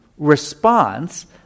response